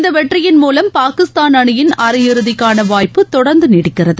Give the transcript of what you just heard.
இந்த வெற்றியின் மூலம் பாகிஸ்தான் அணியின் அரையிறுதிக்கான வாய்ப்பு தொடர்ந்து நீடிக்கிறது